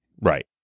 right